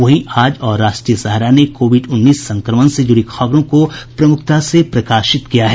वहीं आज और राष्ट्रीय सहारा ने कोविड उन्नीस संक्रमण से जुड़ी खबरों को प्रमुखता से प्रकाशित किया है